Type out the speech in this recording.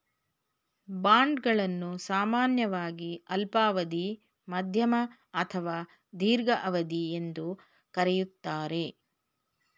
bond ಗಳನ್ನು ಸಾಮಾನ್ಯವಾಗಿ ಅಲ್ಪಾವಧಿ, ಮಧ್ಯಮ ಅಥವಾ ದೀರ್ಘಾವಧಿ ಎಂದು ಕರೆಯುತ್ತಾರೆ